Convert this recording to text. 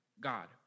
God